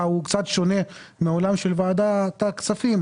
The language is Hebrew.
הוא קצת שונה מהעולם של ועדת הכספים,